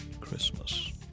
Christmas